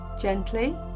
Gently